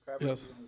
Yes